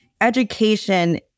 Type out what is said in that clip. education